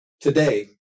Today